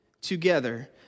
together